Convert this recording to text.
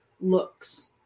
looks